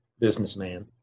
businessman